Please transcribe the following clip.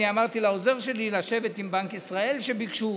אמרתי לעוזר שלי לשבת עם בנק ישראל, שביקשו.